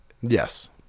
yes